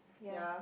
ya